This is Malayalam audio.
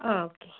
ആ ഓക്കെ